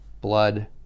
blood